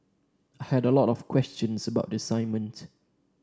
I had a lot of questions about the assignment